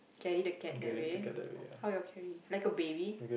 carry the cat that way how you're carry like a baby